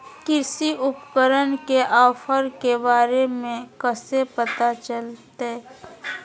कृषि उपकरण के ऑफर के बारे में कैसे पता चलतय?